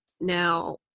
now